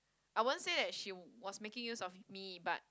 I won't say that she was making use of me but